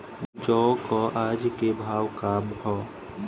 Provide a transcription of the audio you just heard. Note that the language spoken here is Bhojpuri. जौ क आज के भाव का ह?